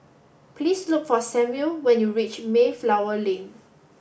please look for Samuel when you reach Mayflower Lane